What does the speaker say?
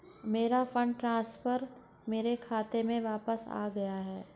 मेरा fund transfer मेरे खाते में वापस आ गया है